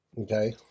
Okay